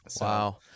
Wow